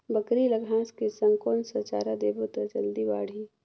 बकरी ल घांस के संग कौन चारा देबो त जल्दी बढाही?